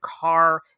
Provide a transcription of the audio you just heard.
car